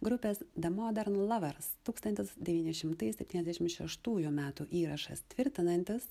grupės the modern lovers tūkstantis devyni šimtai septyniasdešim šeštųjų metų įrašas tvirtinantis